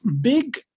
big